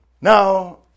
Now